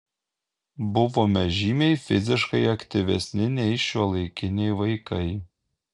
buvome žymiai fiziškai aktyvesni nei šiuolaikiniai vaikai